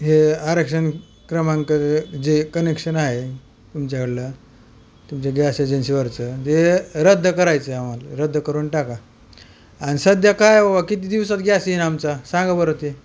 हे आरक्षण क्रमांक जे कनेक्शन आहे तुमच्याकडलं तुमच्या गॅस एजन्सीवरचं ते रद्द करायचं आम्हाला रद्द करून टाका आणि सध्या काय व किती दिवसात गॅस येईन आमचा सांगा बरं ते